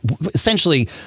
essentially